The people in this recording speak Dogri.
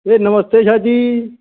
एह् नमस्ते शाह् जी